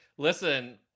Listen